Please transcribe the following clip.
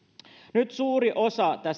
nyt suuri osa